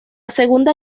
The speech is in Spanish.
segunda